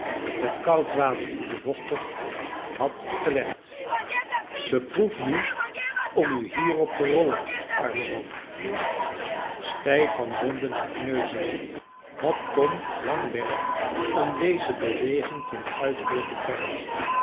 met koud water bevochtigd had gelegd beproef nu om u hierop te rollen arme man stijf van wonden en kneuzingen had tom lang werk om deze beweging ten uitvoer te brengen